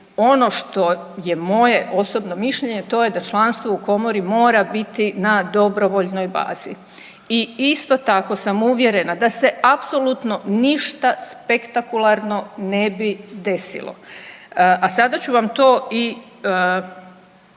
ono što je moje osobno mišljenje to je da članstvo u Komori mora biti na dobrovoljnoj bazi. I isto tako sam uvjerena da se apsolutno ništa spektakularno nebi desilo, a sada ću vam to i